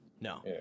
No